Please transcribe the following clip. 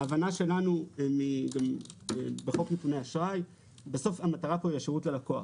ההבנה שלנו בסוף המטרה פה היא שירות ללקוח,